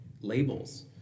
labels